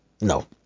No